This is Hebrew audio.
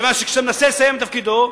כיוון שכשאתה מנסה לסיים את תפקידו,